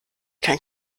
kein